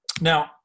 Now